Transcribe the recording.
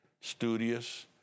studious